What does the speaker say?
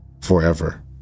forever